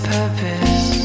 purpose